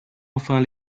enfin